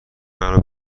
مرا